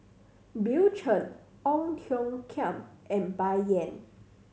Bill Chen Ong Tiong Khiam and Bai Yan